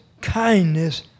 kindness